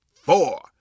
four